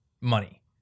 money